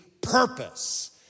purpose